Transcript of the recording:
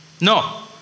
No